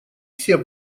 все